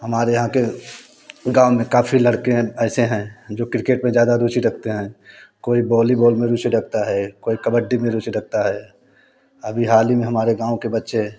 हमारे यहाँ के गाँव में काफ़ी लड़के हैं ऐसे हैं जो क्रिकेट में ज़्यादा रुचि रखते हैं कोई बॉलीबॉल में रुचि रखता है कोई कबड्डी में रुचि रखता है अभी हाल ही में हमारे गाँव के बच्चे